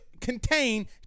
contain